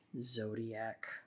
Zodiac